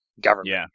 government